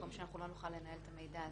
במקום שלא נוכל לנהל את המידע הזה.